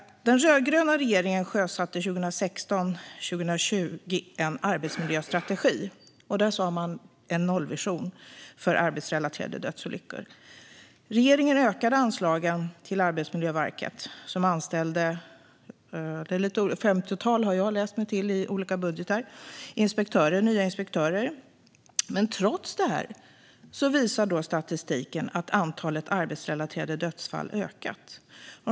Den rödgröna regeringen sjösatte en arbetsmiljöstrategi för 2016-2020, och där hade man en nollvision för arbetsrelaterade dödsolyckor. Regeringen ökade anslagen till Arbetsmiljöverket som anställde ett femtiotal nya inspektörer - det finns lite olika uppgifter, men jag har läst mig till i olika budgetar att det är ett femtiotal. Trots detta visar statistiken att antalet arbetsrelaterade dödsfall har ökat.